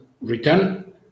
return